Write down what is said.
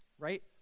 right